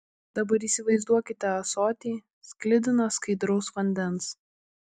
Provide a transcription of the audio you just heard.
dabar įsivaizduokite ąsotį sklidiną skaidraus vandens